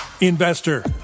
investor